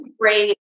great